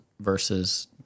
versus